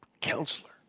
Counselor